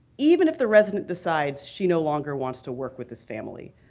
even if the resident decides she no longer wants to work with this family,